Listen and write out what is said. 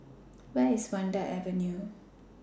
Where IS Vanda Avenue